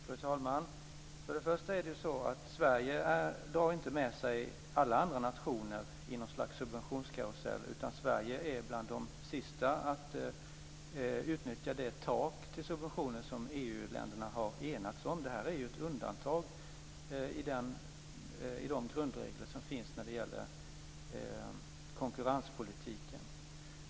Fru talman! För det första drar inte Sverige med sig alla andra nationer i något slags subventionskarusell. Sverige är bland de sista att utnyttja det tak till subventioner som EU-länderna har enats om. Det här är ju ett undantag i de grundregler som finns när det gäller konkurrenspolitiken.